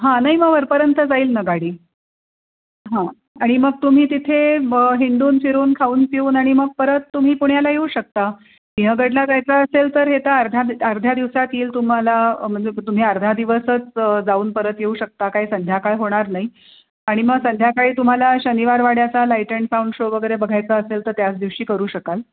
हां नाही मग वरपर्यंत जाईल ना गाडी हां आणि मग तुम्ही तिथे ब हिंडून फिरून खाऊन पिऊन आणि मग परत तुम्ही पुण्याला येऊ शकता सिंहगडला जायचं असेल तर हे तर अर्ध्या अर्ध्या दिवसात येईल तुम्हाला मतलब तुम्ही अर्धा दिवसच जाऊन परत येऊ शकता काही संध्याकाळ होणार नाही आणि मग संध्याकाळी तुम्हाला शनिवारवाड्याचा लाईट अँड साऊंड शो वगैरे बघायचा असेल तर त्याच दिवशी करू शकाल